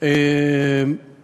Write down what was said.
(זכויות רכישה),